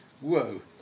Whoa